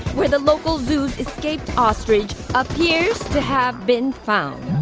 where the local zoo's escaped ostrich appears to have been found